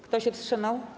Kto się wstrzymał?